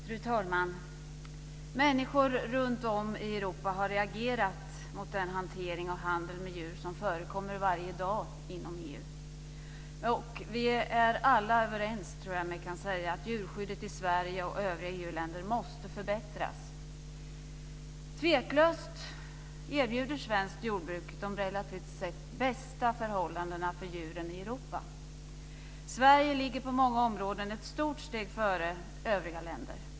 Fru talman! Människor runt om i Europa har reagerat mot den hantering och handel med djur som förekommer varje dag inom EU. Jag tror att man kan säga att vi alla är överens om att djurskyddet i Sverige och i övriga EU-länder måste förbättras. Tveklöst erbjuder svenskt jordbruk de relativt sett bästa förhållandena för djuren i Europa. Sverige ligger på många områden ett stort steg före övriga länder.